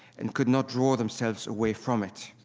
and could not draw themselves away from it.